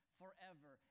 forever